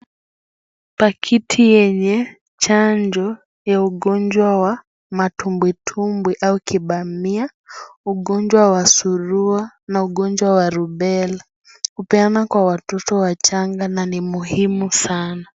Pakiti yenye chanjo ya ugonjwa wa matumbo tumbo au kibamia, ugonjwa wa surua na ugonjwa wa Rubella, hupeanwa kwa watoto wachanga na nj muhimu sana.